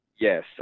yes